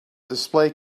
display